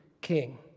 king